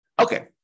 Okay